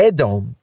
Edom